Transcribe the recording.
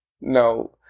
no